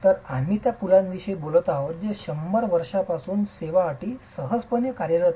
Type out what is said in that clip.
तर आम्ही त्या पुलांविषयी बोलत आहोत जे 100 वर्षांपासून सेवा अटी सहजपणे कार्यरत आहेत